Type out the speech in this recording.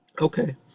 Okay